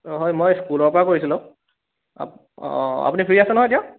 অঁ হয় মই স্কুলৰ পৰা কৰিছিলোঁ অঁ অঁ আপুনি ফ্ৰী আছে নহয় এতিয়া